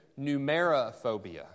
numerophobia